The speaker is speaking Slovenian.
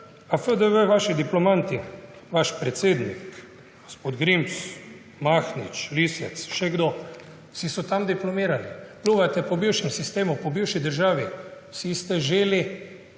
a FDV so vaši diplomanti – vaš predsednik, gospod Grims, Mahnič, Lisec. Še kdo? Vsi so tam diplomirali. Pljuvate po bivšem sistemu, po bivši državi – vsi ste